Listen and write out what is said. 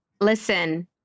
listen